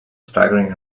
staggering